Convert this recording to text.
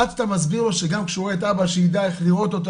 עד שאתה מסביר לו שגם כשהוא ראה את אבא זה עוד תהליך,